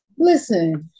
Listen